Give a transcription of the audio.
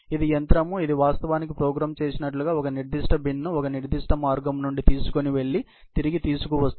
ఇది యంత్రం ఇది వాస్తవానికి ప్రోగ్రామ్ చేసినట్లుగా ఒక నిర్దిష్ట బిన్ ను ఒక నిర్దిష్ట మార్గం నుండి తీసుకొని వెళ్లి తిరిగి తీసుకువస్తుంది